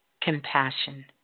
compassion